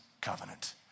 covenant